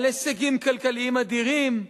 על הישגים כלכליים אדירים.